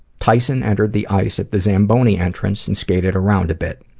tyson entered the ice at the zamboni entrance and skated around a bit.